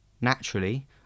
naturally